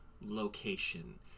location